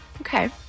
Okay